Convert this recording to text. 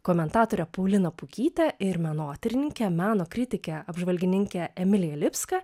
komentatorę paulina pukytė ir menotyrininkę meno kritikę apžvalgininkę emiliją lipska